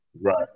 Right